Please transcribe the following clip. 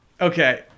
Okay